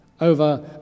over